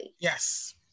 Yes